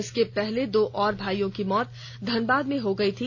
इसके पहले दो और भाईयों की मौत धनबाद में हो गयी थी